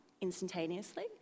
instantaneously